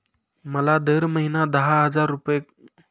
मला दर महिना दहा हजार कर्ज मिळेल का?